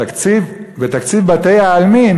ארנונה על מתים.